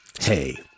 Hey